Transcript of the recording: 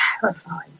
terrified